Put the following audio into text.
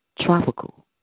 tropical